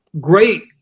great